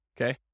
okay